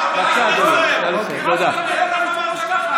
מה זה "הגזמת"?